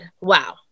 Wow